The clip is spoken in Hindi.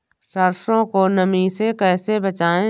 सरसो को नमी से कैसे बचाएं?